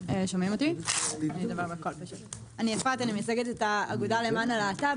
אני מייצגת את האגודה למען הלהט"ב,